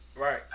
Right